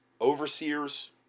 Overseers